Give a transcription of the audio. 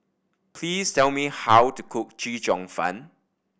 please tell me how to cook Chee Cheong Fun